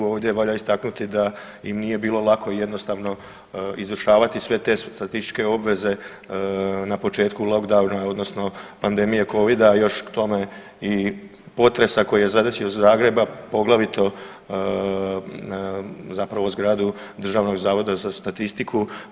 Ovdje valja istaknuti da im nije bilo lako i jednostavno izvršavati sve te statističke obveze na početku lockdowna odnosno pandemije covida, još k tome i potresa koji je zadesio Zagreb, a poglavito zapravo zgradu Državnog zavoda za statistiku.